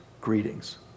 greetings